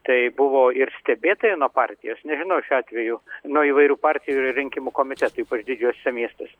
tai buvo ir stebėtojai nuo partijos nežinau šiuo atveju nuo įvairių partijų rinkimų komisijos ypač didžiuosiuose miestuose